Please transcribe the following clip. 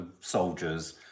soldiers